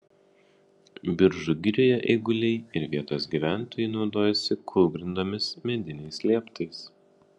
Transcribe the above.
biržų girioje eiguliai ir vietos gyventojai naudojosi kūlgrindomis mediniais lieptais